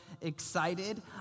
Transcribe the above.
excited